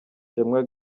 shimwa